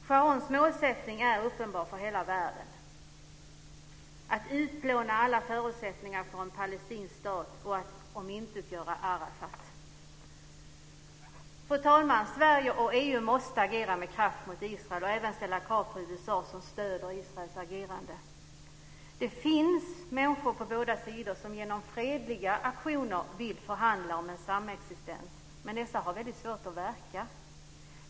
Sharons målsättning är uppenbar för hela världen. Han vill utplåna alla förutsättningar för en palestinsk stat och omintetgöra Arafat. Fru talman! Sverige och EU måste agera med kraft mot Israel och även ställa krav på USA, som stöder Israels agerande. Det finns människor på båda sidor som genom fredliga aktioner vill förhandla om en samexistens, men dessa har väldigt svårt att verka.